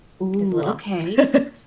Okay